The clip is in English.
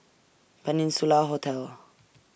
Peninsula Hotel